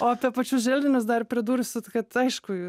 o apie pačius želdinius dar pridursiu tai kad aišku